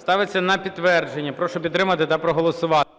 Ставиться на підтвердження. Прошу підтримати та проголосувати.